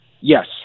Yes